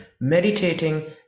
meditating